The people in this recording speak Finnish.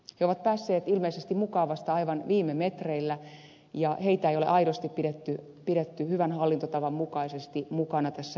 he ovat päässeet ilmeisesti mukaan vasta aivan viime metreillä ja heitä ei ole aidosti pidetty hyvän hallintotavan mukaisesti mukana tässä prosessissa